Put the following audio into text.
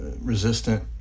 resistant